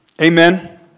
Amen